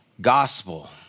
gospel